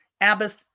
Abbott